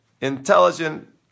intelligent